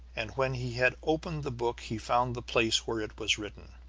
and when he had opened the book he found the place where it was written